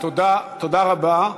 תודה, תודה רבה.